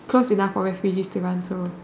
close enough for refugees to run so